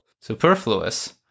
superfluous